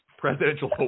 presidential